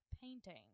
painting